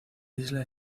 isla